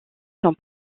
sont